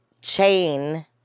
chain